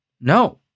No